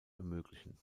ermöglichen